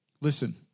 Listen